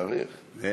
תעריך,